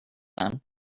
them